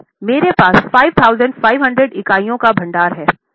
इसलिए मेरे पास 5500 इकाइयों का भंडार हैं